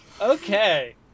Okay